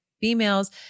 females